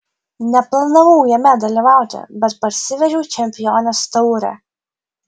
neplanavau jame dalyvauti bet parsivežiau čempionės taurę